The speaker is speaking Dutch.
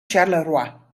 charleroi